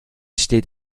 steht